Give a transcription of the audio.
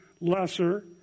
lesser